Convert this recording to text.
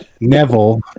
Neville